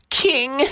king